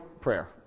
prayer